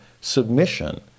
submission